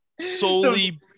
Solely